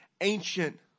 ancient